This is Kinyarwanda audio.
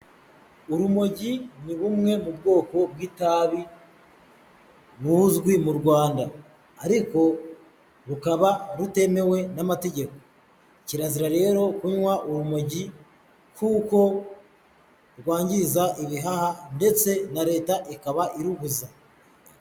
Urumogi ni bumwe mu bwoko bw'itabi buzwi mu Rwanda, ariko rukaba rutemewe n'amategeko. Kirazira rero kunywa urumogi kuko rwangiza ibihaha ndetse na leta ikaba irubuza.